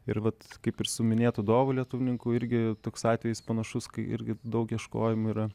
ir vat kaip ir su minėtų dovu lietuvninku irgi toks atvejis panašus kai irgi daug ieškojimų yra